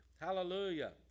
hallelujah